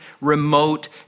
remote